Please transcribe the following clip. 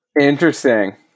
Interesting